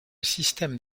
système